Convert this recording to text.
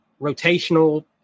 rotational